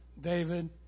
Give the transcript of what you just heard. David